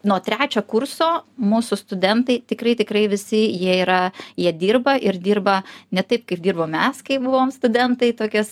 nuo trečio kurso mūsų studentai tikrai tikrai visi jie yra jie dirba ir dirba ne taip kaip dirbom mes kai buvom studentai tokias